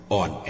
on